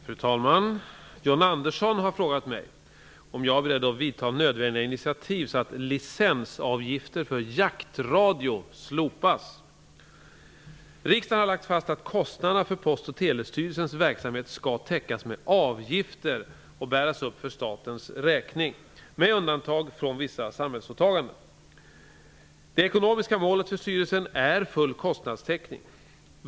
Fru talman! John Andersson har frågat mig om jag är beredd att vidta nödvändiga initiativ så att licensavgifter för jaktradio slopas. Riksdagen har lagt fast att kostnaderna för Postoch telestyrelsens verksamhet skall täckas med avgifter som uppbärs för statens räkning, med undantag för vissa samhällsåtaganden. Det ekonomiska målet för styrelsen är full kostnadstäckning.